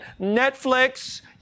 Netflix